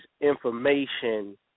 information